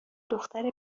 دختر